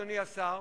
אדוני השר,